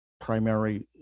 primary